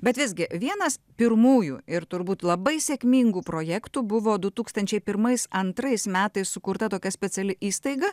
bet visgi vienas pirmųjų ir turbūt labai sėkmingų projektų buvo du tūkstančiai pirmais antrais metais sukurta tokia speciali įstaiga